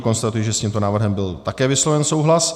Konstatuji, že s tímto návrhem byl také vysloven souhlas.